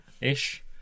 ish